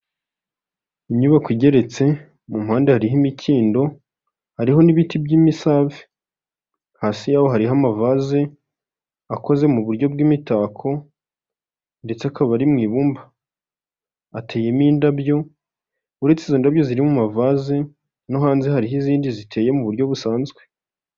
Aha ni mu muhanda wa kaburimbo, urimo abamotari babiri n'umuyonzi umwe, bose bafite abagenzi, hirya hari ibikamyo bigiye bitandukanye, hejuru yaho hari ibiti bihari, hirya yaho hari inyubako ifite amabara y'ubururu bwijimye.